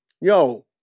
yo